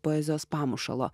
poezijos pamušalo